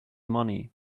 money